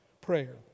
Prayer